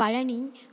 Palani